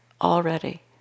already